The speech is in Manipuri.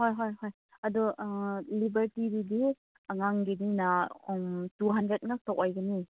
ꯍꯣꯏ ꯍꯣꯏ ꯍꯣꯏ ꯑꯗꯨ ꯂꯤꯕꯔꯇꯤꯒꯤꯗꯤ ꯑꯉꯥꯡꯒꯤꯅꯤꯅ ꯇꯨ ꯍꯟꯗ꯭ꯔꯦꯗ ꯉꯥꯛꯇ ꯑꯣꯏꯒꯅꯤ